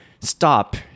stop